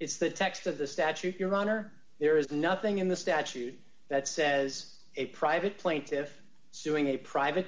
it's the text of the statute your honor there is nothing in the statute that says a private plaintiffs suing a private